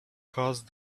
caused